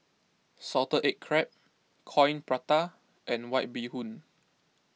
Salted Egg Crab Coin Prata and White Bee Hoon